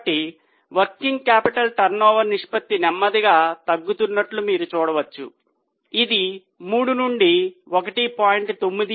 కాబట్టి working capital turnover నిష్పత్తి నెమ్మదిగా తగ్గుతున్నట్లు మీరు చూడవచ్చు ఇది 3 నుండి 1